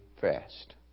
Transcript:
fast